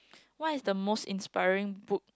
what is the most inspiring book